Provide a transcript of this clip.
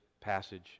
passage